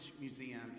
Museum